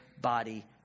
body